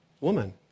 woman